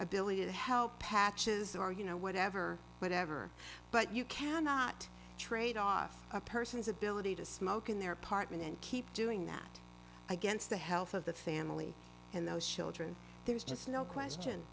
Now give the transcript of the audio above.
ability to help patches or you know whatever whatever but you cannot trade off a person's ability to smoke in their apartment and keep doing that against the health of the family and those children there's just no question